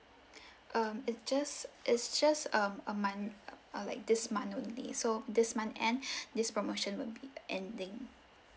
um it just it's just um a month uh like this month only so this month end this promotion will be ending